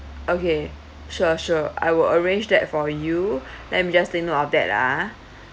okay sure sure I will arrange that for you let me just take note of that ah